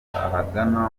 ahagana